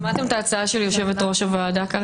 שמעתם את ההצעה של יושבת-ראש הוועדה?